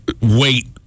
wait